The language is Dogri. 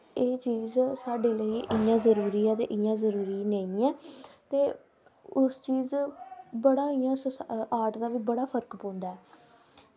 एह् चीज़ साढ़े लेई इयां दजरूरी ऐ ते इयां जरूरी नेंईयैं ते उस चीज़ बड़ा इयां आर्ट दा बी बड़ा फर्क पौंदा